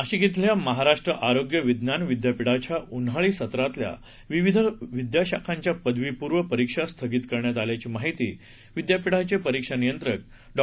नाशिक श्रिल्या महाराष्ट्र आरोग्य विज्ञान विद्यापीठाच्या उन्हाळी सत्रातल्या विविध विद्याशाखांच्या पदवी पूर्व परीक्षा स्थगित करण्यात आल्याची माहिती विद्यापीठाचे परीक्षा नियंत्रक डॉ